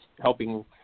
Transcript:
Helping